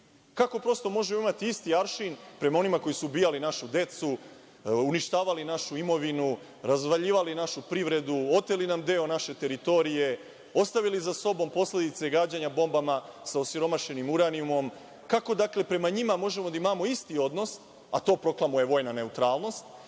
Kako prosto možemo imati isti aršin prema onima koji su ubijali našu decu, uništavali našu imovinu, razvaljivali našu privredu, oteli nam deo naše teritorije, ostavili za sobom posledice gađanja bombama sa osiromašenim uranijumom, kako dakle prema njima možemo da imamo isti odnos, a to proklamuje vojna neutralnost,